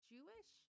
Jewish